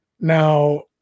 Now